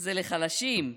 זה לחלשים,